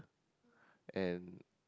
and